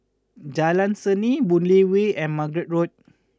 Jalan Seni Boon Lay Way and Margate Road